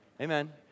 Amen